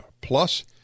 Plus